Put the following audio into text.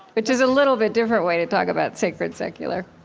which is a little bit different way to talk about sacred secular